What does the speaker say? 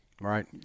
Right